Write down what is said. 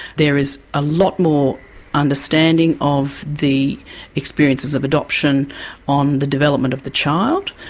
there is a lot more understanding of the experiences of adoption on the development of the child.